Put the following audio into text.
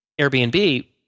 Airbnb